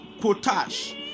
potash